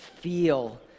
feel